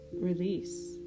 release